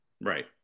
Right